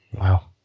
Wow